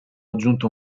aggiunto